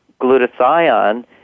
Glutathione